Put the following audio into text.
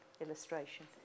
illustration